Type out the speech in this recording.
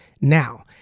now